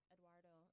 Eduardo